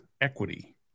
equity